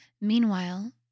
Meanwhile